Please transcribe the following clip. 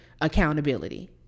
accountability